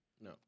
No